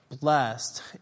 blessed